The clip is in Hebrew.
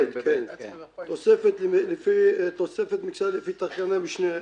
כן, ב-(ב), תוספת מכסה לפי תקנת משנה (א).